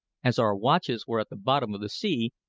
as our watches were at the bottom of the sea,